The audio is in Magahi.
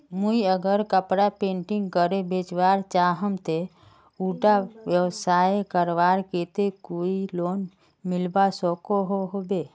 मुई अगर कपड़ा पेंटिंग करे बेचवा चाहम ते उडा व्यवसाय करवार केते कोई लोन मिलवा सकोहो होबे?